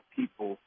people